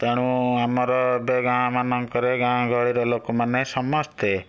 ତେଣୁ ଆମର ଏବେ ଗାଁ'ମାନଙ୍କରେ ଗାଁ ଗହଳିରେ ଲୋକମାନେ ସମସ୍ତେ